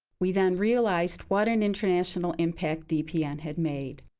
we then realized what an international impact dpn had made.